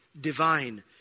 divine